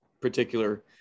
particular